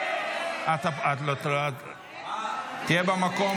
תהיה במקום,